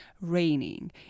raining